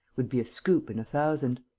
would be a scoop in a thousand.